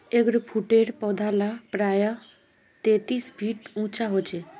एगफ्रूटेर पौधा ला प्रायः तेतीस फीट उंचा होचे